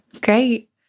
Great